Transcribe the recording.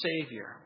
savior